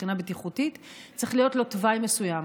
מבחינה בטיחותית צריך להיות לו תוואי מסוים.